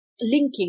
linking